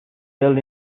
well